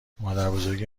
مادربزرگ